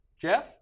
Jeff